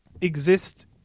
exist